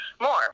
more